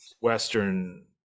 western